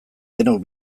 denok